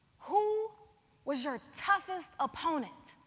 who was your toughest opponent?